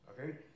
Okay